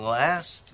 last